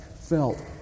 felt